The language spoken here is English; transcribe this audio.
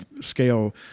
scale